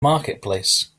marketplace